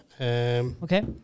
Okay